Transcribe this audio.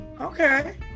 Okay